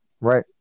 Right